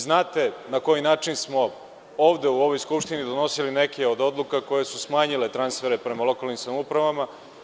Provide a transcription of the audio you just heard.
Znate na koji način smo u ovoj Skupštini donosili neke od odluka koje su smanjile transfere prema lokalnim samoupravama.